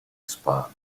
spa